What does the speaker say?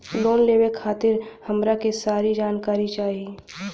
Loan लेवे खातीर हमरा के सारी जानकारी चाही?